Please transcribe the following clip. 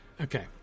okay